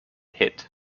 hit